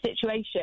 situation